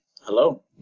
hello